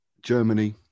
Germany